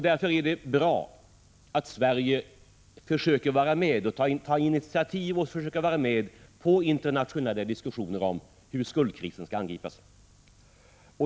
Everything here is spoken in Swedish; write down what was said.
Därför är det bra att Sverige tar initiativ och försöker vara med på internationella diskussioner om hur skuldkrisen skall angripas.